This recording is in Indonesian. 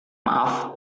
maaf